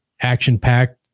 action-packed